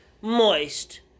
moist